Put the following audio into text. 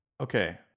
Okay